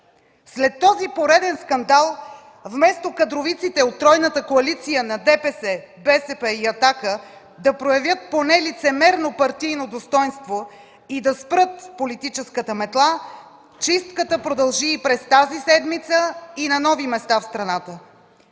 След този пореден скандал вместо кадровиците от тройната коалиция на ДПС, БСП и „Атака” да проявят поне лицемерно партийно достойнство и да спрат политическата метла, чистката продължи и през тази седмица и на нови места в страната.